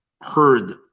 heard